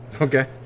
Okay